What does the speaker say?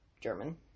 German